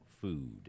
food